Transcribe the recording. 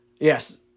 yes